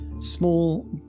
small